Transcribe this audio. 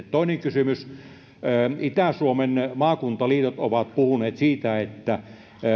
toinen kysymys itä suomen maakuntaliitot ovat puhuneet siitä että